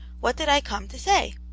what did i come to say